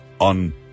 on